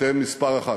אתם מספר אחת.